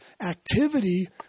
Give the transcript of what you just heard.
activity